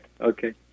okay